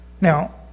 Now